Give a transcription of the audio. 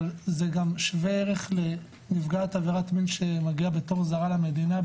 אבל זה גם שווה ערך לנפגעת עבירת מין שמגיעה בתור זרה למדינה,